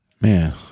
Man